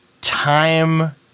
time